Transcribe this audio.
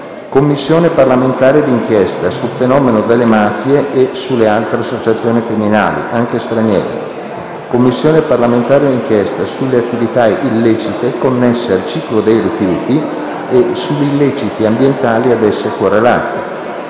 Commissione parlamentare di inchiesta sul fenomeno delle mafie e sulle altre associazioni criminali, anche straniere; Commissione parlamentare di inchiesta sulle attività illecite connesse al ciclo dei rifiuti e su illeciti ambientali ad esse correlati;